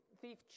thief